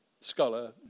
scholar